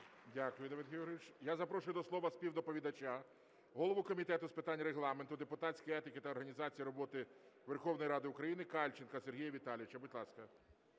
Дякую, Давид Георгійович. Я запрошую до слова співдоповідача – голову Комітету з питань Регламенту, депутатської етики та організації роботи Верховної Ради України Кальченка Сергія Віталійовича. Будь ласка.